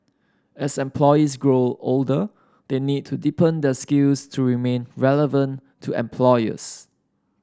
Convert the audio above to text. as employees grow older they need to deepen their skills to remain relevant to employers